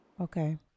Okay